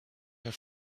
her